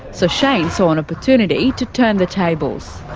so cheyne saw an opportunity to turn the tables.